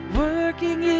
working